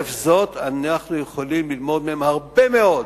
וחרף זאת אנחנו יכולים ללמוד מהן הרבה מאוד